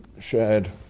shared